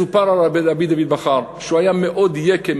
מסופר על רבי דוד בכר שהוא היה מאוד יקה,